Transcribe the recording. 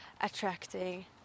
attracting